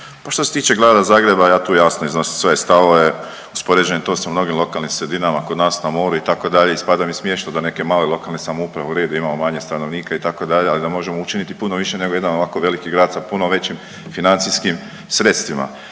Pa što se tiče grada Zagreba ja tu jasno iznosim svoje stavove, uspoređujem to sa mnogim lokalnim sredinama kod nas na moru itd. Ispada mi smiješno da neke male lokalne samouprave, u redu imamo manje stanovnika itd., ali da možemo učiniti puno više nego jedan ovako veliki grad sa puno većim financijskim sredstvima.